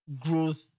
growth